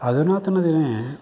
अधुनातनदिने